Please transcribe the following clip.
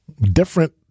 different